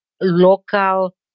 local